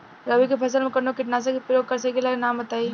रबी फसल में कवनो कीटनाशक के परयोग कर सकी ला नाम बताईं?